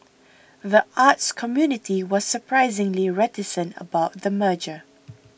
the arts community was surprisingly reticent about the merger